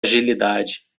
agilidade